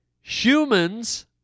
Humans